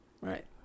right